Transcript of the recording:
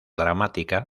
dramática